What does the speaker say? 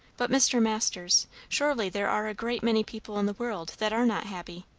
but, mr. masters surely there are a great many people in the world that are not happy?